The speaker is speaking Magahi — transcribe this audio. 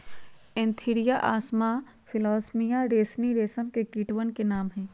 एन्थीरिया असामा फिलोसामिया रिसिनी रेशम के कीटवन के नाम हई